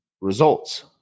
results